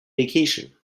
vacation